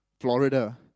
Florida